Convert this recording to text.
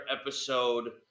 episode